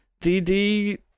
DD